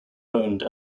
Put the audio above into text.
owned